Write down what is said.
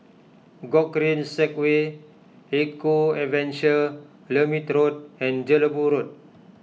Gogreen Segway Eco Adventure Lermit Road and Jelebu Road